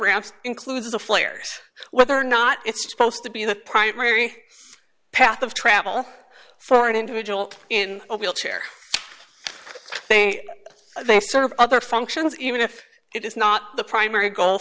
ramps includes the players whether or not it's supposed to be the primary path of travel for an individual in a wheelchair they sort of other functions even if it is not the primary goal